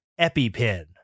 EpiPen